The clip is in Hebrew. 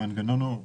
אני